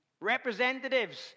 Representatives